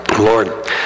Lord